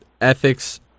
ethics